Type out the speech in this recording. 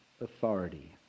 authority